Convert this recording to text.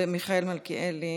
ומיכאל מלכיאלי.